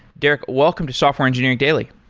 derek, welcome to software engineering daily.